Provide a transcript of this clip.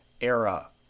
era